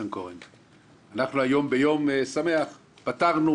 בלי לוח זמנים,